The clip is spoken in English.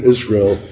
Israel